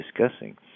discussing